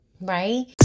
right